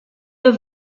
der